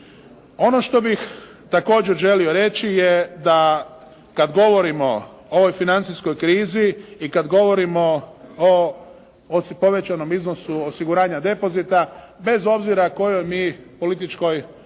Ono što bih također želio reći je da kada govorimo o ovoj financijskoj krizi i kada govorimo o povećanom iznosu osiguranja depozita, bez obzira kojoj mi političkoj